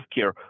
Healthcare